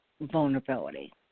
vulnerability